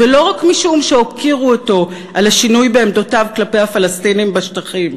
ולא רק משום שהוקירו אותו על השינוי בעמדותיו כלפי הפלסטינים בשטחים,